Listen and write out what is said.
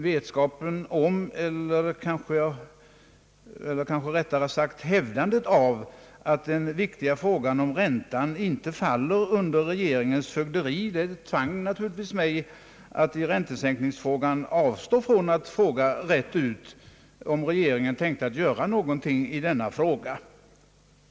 Vetskapen om eller kanske rättare sagt hävdandet av att den viktiga frågan om räntan inte faller under regeringens fögderi tvang mig att i räntesänkningsfrågan avstå från att direkt fråga, om regeringen tänkt att göra någonting i denna fråga.